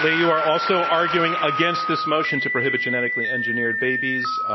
ah you are also arguing against this motion to prohibit genetically engineered babies.